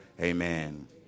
amen